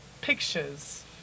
pictures